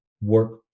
work